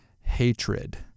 hatred